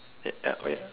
ya wait